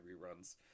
reruns